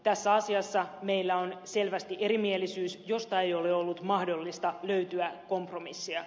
tässä asiassa meillä on selvästi erimielisyys josta ei ole ollut mahdollista löytyä kompromissia